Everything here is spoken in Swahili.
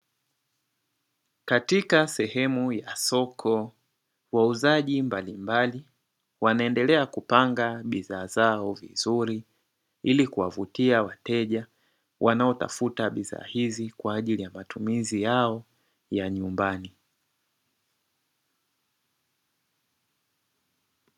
Katika sehemu ya soko wauzaji mbalimbali wanaendelea kupanga bidhaa zao vizuri, ili kuvutia wateja wanaotafuta bidhaa hizi kwa ajili ya matumizi yao ya nyumbani.